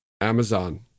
Amazon